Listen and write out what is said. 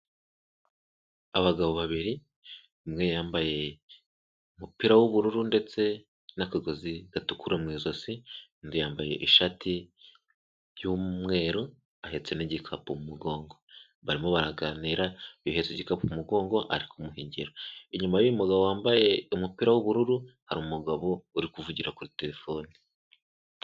Abagabo babiri umwe yambaye umupira w'ubururu ndetse n'akagozi gatukura mu ijosi, undi yambaye ishati y'umweru ahetse n'igikapu mu mugongo, barimo baraganira uyu uhetse igikapu mugongo ari kumuha ingero, inyuma y'uyu mugabo wambaye umupira w'ubururu hari umugabo uri kuvugira kuri terefone.